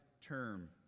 term